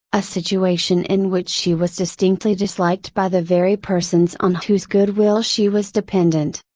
a situation in which she was distinctly disliked by the very persons on whose goodwill she was dependent.